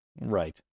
Right